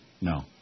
No